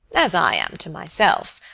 as i am to myself.